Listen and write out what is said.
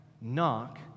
Knock